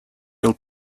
will